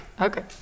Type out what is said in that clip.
Okay